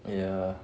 ya